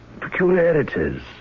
peculiarities